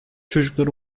çocukları